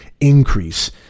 increase